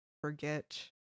forget